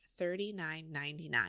$39.99